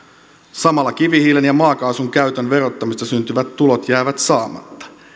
samalla kivihiilen ja maakaasun käytön verottamisesta syntyvät tulot jäävät saamatta